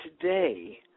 today